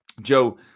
Joe